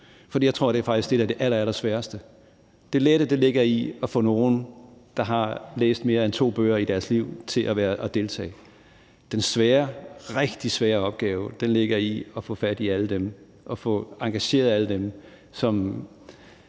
For jeg tror, at det faktisk er det, der er det allerallersværeste. Det lette ligger i at få nogen, der har læst mere end to bøger i deres liv, til at deltage. Den svære, rigtig svære opgave ligger i at få fat i alle dem og få engageret alle dem, som